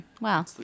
Wow